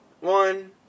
one